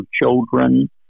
children